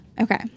Okay